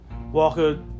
Walker